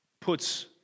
puts